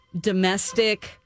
Domestic